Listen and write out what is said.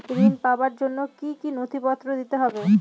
ঋণ পাবার জন্য কি কী নথিপত্র দিতে হবে?